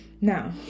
Now